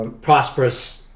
prosperous